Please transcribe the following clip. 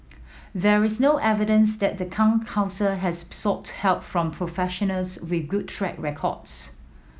there is no evidence that the Town Council has sought help from professionals with good track records